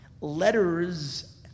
Letters